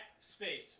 space